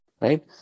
right